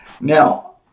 Now